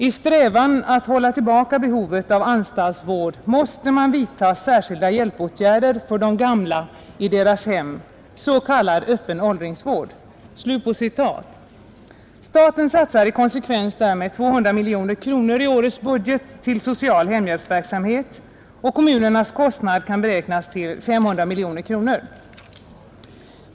I strävan att hålla tillbaka behovet av anstaltsvård måste man vidtaga särskilda hjälpåtgärder för de gamla i deras hem, s.k. öppen åldringsvård.” Staten satsar i konsekvens därmed 200 miljoner kronor i årets budget till social hemhjälpsverksamhet, och kommunernas kostnad kan beräknas till 500 miljoner kronor.